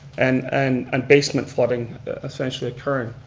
and and and basement flooding essentially occurring.